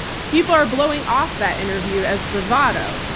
people are blowing off that interview as bravado,